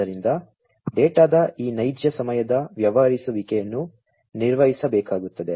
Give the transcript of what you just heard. ಆದ್ದರಿಂದ ಡೇಟಾದ ಈ ನೈಜ ಸಮಯದ ವ್ಯವಹರಿಸುವಿಕೆಯನ್ನು ನಿರ್ವಹಿಸಬೇಕಾಗುತ್ತದೆ